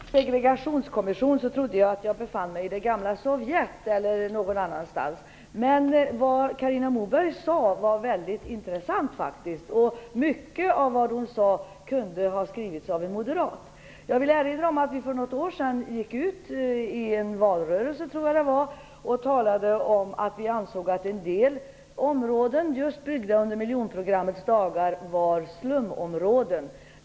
Herr talman! När jag först hörde ordet segregationskommission trodde jag att jag befann mig i det gamla Sovjet. Men det som Carina Moberg sade var faktiskt väldigt intressant. Mycket av det kunde ha sagts av en moderat. Jag vill erinra om att vi för något år sedan gick ut i en valrörelse och talade om att vi ansåg att en del områden som byggdes under miljonprogrammets dagar var slumområden.